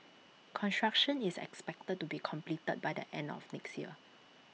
construction is expected to be completed by the end of next year